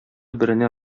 беренә